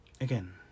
Again